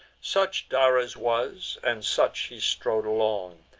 such dares was and such he strode along,